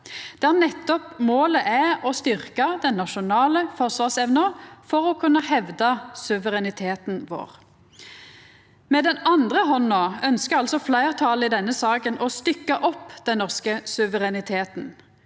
målet nettopp er å styrkja den nasjonale forsvarsevna for å kunna hevda suvereniteten vår. Med den andre handa ønskjer altså fleirtalet i denne saka å stykkja opp den norske suvereniteten.